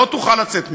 לא תוכל לצאת משם.